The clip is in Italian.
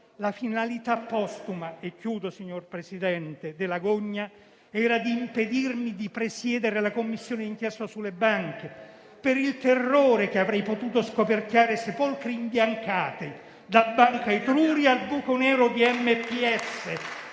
la finalità postuma della gogna era di impedirmi di presiedere la Commissione d'inchiesta sulle banche, per il terrore che avrei potuto scoperchiare sepolcri imbiancati: da Banca Etruria al buco nero di MPS,